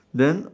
then